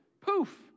poof